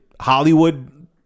Hollywood